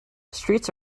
streets